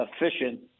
efficient